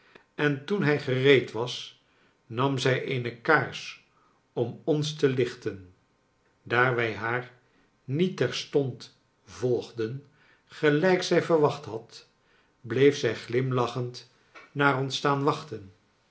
en toen hij gereed was nam zij eene kaars om ons te lichten daar wij haar niet terstond volgden gelijk zij verwacht had bleef zij glimlachend naar ons staan wachten